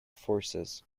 forces